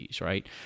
right